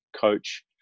coach